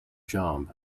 job